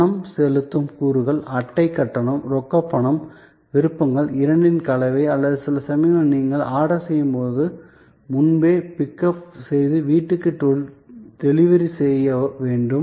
பணம் செலுத்தும் கூறுகள் அட்டை கட்டணம் ரொக்கப் பணம் விருப்பங்கள் இரண்டின் கலவை அல்லது சில சமயங்களில் நீங்கள் ஆர்டர் செய்யும் போது முன்பே பிக்அப் செய்து வீட்டுக்கு டெலிவரி செய்ய வேண்டும்